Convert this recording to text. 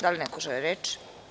Da li neko želi reč?